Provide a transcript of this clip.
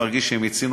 מרגיש שמיצינו,